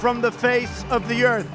from the face of the ear